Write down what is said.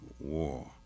war